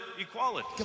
equality